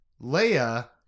Leia